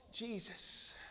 Jesus